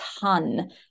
ton